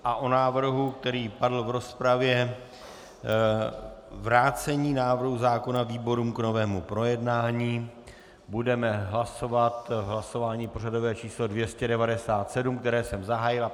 O návrhu, který padl v rozpravě vrácení návrhu zákona výborům k novému projednání, budeme hlasovat v hlasování pořadové číslo 297, které jsem zahájil.